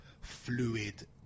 fluid